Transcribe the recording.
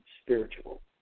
spiritual